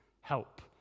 help